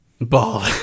Ball